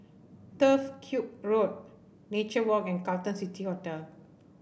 Turf Ciub Road Nature Walk and Carlton City Hotel